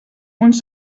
uns